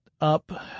up